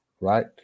right